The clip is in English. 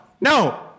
No